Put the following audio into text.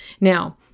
Now